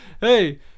hey